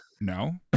no